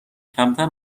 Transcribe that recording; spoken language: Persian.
کمتر